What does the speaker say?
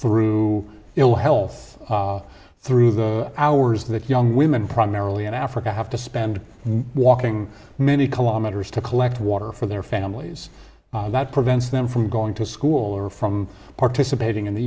through ill health through the hours that young women primarily in africa have to spend walking many kilometers to collect water for their families that prevents them from going to school or from participating in the